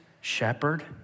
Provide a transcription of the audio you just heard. shepherd